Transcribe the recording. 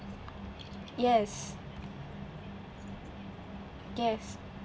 yes yes